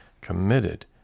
committed